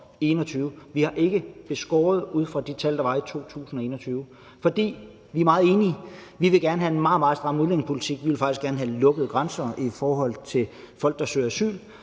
Vi har ikke beskåret ud fra de tal, der var i 2021, for vi er meget enige i dem. Vi vil gerne have en meget, meget stram udlændingepolitik, vi vil faktisk gerne have lukkede grænser i forhold til folk, der søger asyl,